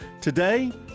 Today